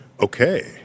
okay